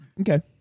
Okay